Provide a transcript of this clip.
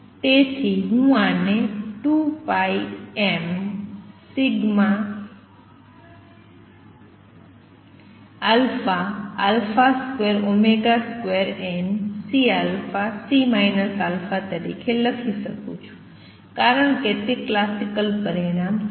તેથી અને હું આને 2πm22CC α તરીકે લખી શકું છું કારણ કે તે ક્લાસિકલ પરિણામ છે